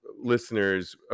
listeners